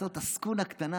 לעשות עסקונה קטנה.